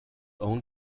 own